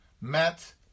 met